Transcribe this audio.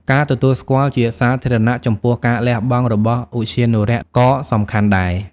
ការទទួលស្គាល់ជាសាធារណៈចំពោះការលះបង់របស់ឧទ្យានុរក្សក៏សំខាន់ដែរ។